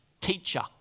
teacher